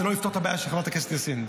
זה לא יפתור את הבעיה של חברת הכנסת יאסין.